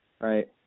right